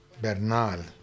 Bernal